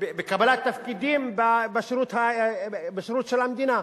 בקבלת תפקידים בשירות של המדינה.